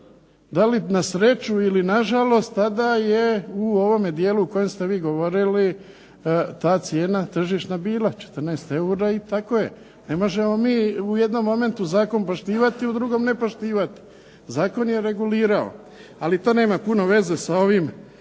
DA li na sreću ili na žalost tada je u ovome dijelu o kojem ste vi govorili ta cijena tržišna bila 14 eura i tako je, ne možemo mi u jednom momentu Zakon poštivati a u drugom ne poštivati, Zakon je regulirao. Ali to nema puno veze sa ovom